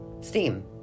steam